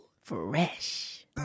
Fresh